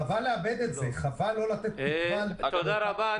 חבל לאבד את זה, חבל לא לתת תקווה --- תודה רבה.